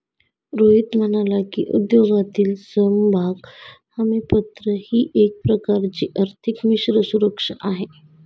रोहित म्हणाला की, उद्योगातील समभाग हमीपत्र ही एक प्रकारची आर्थिक मिश्र सुरक्षा आहे